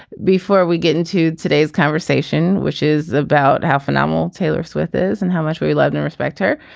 before we get into today's conversation which is about how phenomenal taylor swift is and how much we love and respect her.